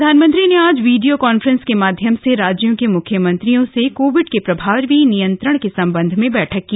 प्रधानमंत्री ने आज वीडियो कांफ्रेंस के माध्यम से राज्यों के मुख्यमंत्रियों से कोविड के प्रभावी नियंत्रण के संबंध में बैठक की